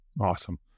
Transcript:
Awesome